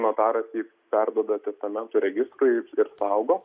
notaras jį perduoda testamentų registrui ir saugo